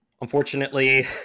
Unfortunately